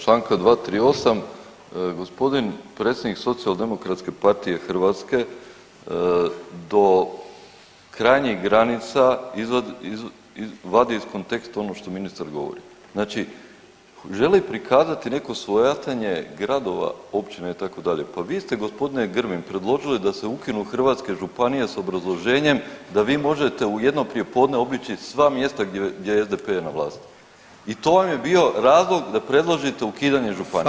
Povreda čl. 238., gospodin predsjednik Socijaldemokratske partije Hrvatske do krajnjih granica vadi iz konteksta ono što ministar govori, znači želi prikazati neko svojatanje gradova, općina itd., pa vi ste g. Grbin predložili da se ukinu hrvatske županije s obrazloženjem da vi možete u jedno prijepodne obići sva mjesta gdje je SDP na vlasti i to vam je bio razlog da predložite ukidanje županija.